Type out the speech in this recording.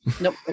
nope